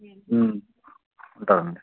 ఉంటాను అండి